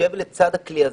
שישב לצד הכלי הזה,